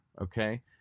okay